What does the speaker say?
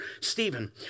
Stephen